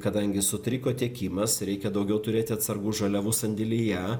kadangi sutriko tiekimas reikia daugiau turėti atsargų žaliavų sandėlyje